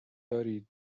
دارید